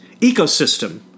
ecosystem